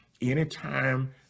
Anytime